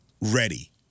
ready